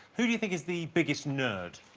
who do you think is the biggest nerd?